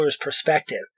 perspective